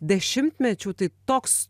dešimtmečių tai toks